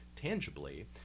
tangibly